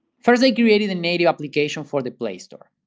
first, they created the native application for the play store.